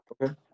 Okay